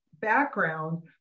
background